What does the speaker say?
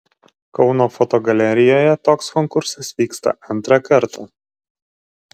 kauno fotogalerijoje toks konkursas vyksta antrą kartą